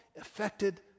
affected